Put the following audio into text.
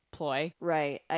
Right